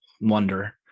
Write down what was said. wonder